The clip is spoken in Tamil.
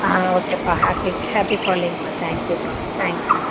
ஆ ஓகேப்பா ஹேப்பி ஹேப்பி காலிங்கப்பா தேங்க் யூப்பா தேங்க் யூப்பா